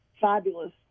fabulous